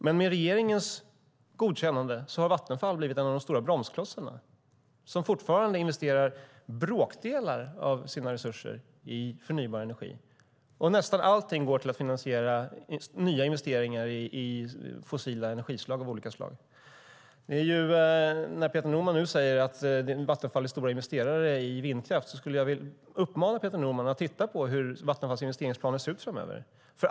Men med regeringens godkännande har Vattenfall blivit en av de stora bromsklossarna som fortfarande investerar bråkdelar av sina resurser i förnybar energi. Nästan allting går till att finansiera nya investeringar i fossil energi av olika slag. När Peter Norman nu säger att Vattenfall investerar mycket i vindkraft uppmanar jag honom att titta på hur Vattenfalls investeringsplaner ser ut framöver.